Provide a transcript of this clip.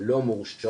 לא מורשות.